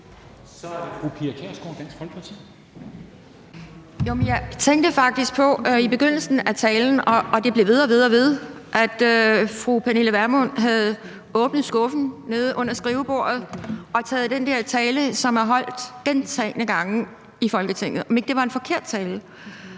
Jeg tænkte faktisk på i begyndelsen af talen – og det blev ved og ved – at fru Pernille Vermund havde åbnet skuffen neden under skrivebordet og taget den tale, som er holdt gentagne gange i Folketinget, og om det ikke var en forkert tale.